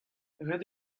ret